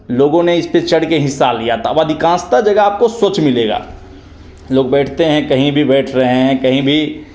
लोगों ने इस पर चढ़ कर हिस्सा लिया तब अधिकांशत जगह आपको स्वच्छ मिलेगा लोग बैठते हैं कहीं भी बैठ रहें हैं कहीं भी